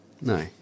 No